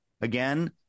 again